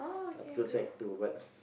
up to sec two